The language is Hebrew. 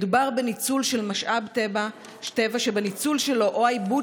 מדובר בניצול של משאב טבע שבניצול שלו או בעיבוד